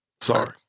Sorry